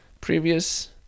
previous